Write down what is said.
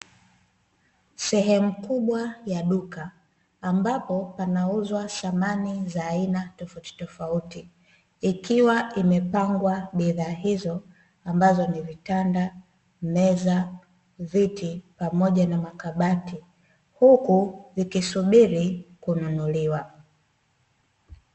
Sehemu kubwa ya duka, ambapo panauzwa samani za aina tofautitofauti, ikiwa imepangwa bidhaa hizo ambazo ni vitanda, meza, viti, pamoja na makabati, huku vikisubiri kununuliwa.